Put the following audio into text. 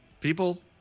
People